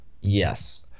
Yes